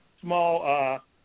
small